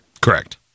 Correct